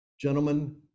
Gentlemen